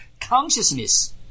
consciousness